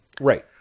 Right